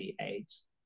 AIDS